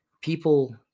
people